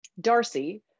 Darcy